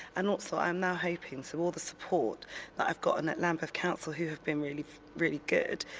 and also i'm now hoping through all the support that i've got and at lambeth council, who have been really really good,